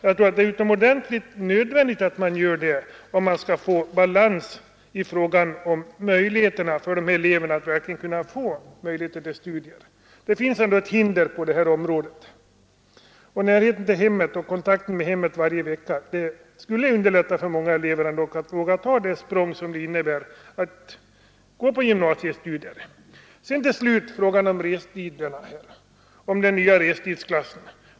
Jag tror det är ytterst nödvändigt att man löser hemresefrågorna om det skall bli balans i fråga om möjligheterna för dessa elever att verkligen ägna sig åt studier. Det finns ändå hinder på detta område, och närheten till hemmet och kontakten med hemmet varje vecka skulle underlätta för många elever att våga ta det språng, som det innebär att börja bedriva gymnasiestudier. Till slut några ord om restiderna och den nya restidsklassen.